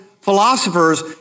philosophers